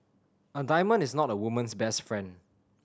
a diamond is not a woman's best friend